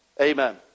Amen